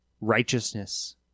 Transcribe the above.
righteousness